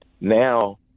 now